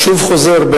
אני שוב חוזר,